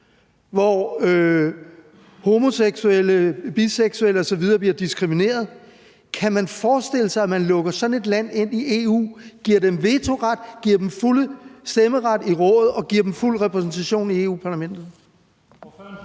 hvor homoseksuelle, biseksuelle osv. bliver diskrimineret? Kan man forestille sig, at man lukker sådan et land ind i EU, giver dem vetoret, giver dem den fulde stemmeret i Rådet og giver dem fuld repræsentation i Europa-Parlamentet?